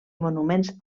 monuments